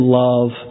love